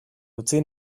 utzi